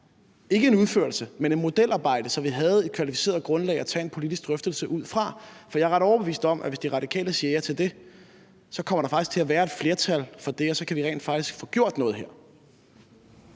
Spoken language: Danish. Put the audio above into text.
ikke en udførelse – så vi havde et kvalificeret grundlag at tage en politisk drøftelse ud fra. For jeg er ret overbevist om, at hvis De Radikale siger ja til det, kommer der faktisk til at være et flertal for det, og så kan vi rent faktisk få gjort noget her.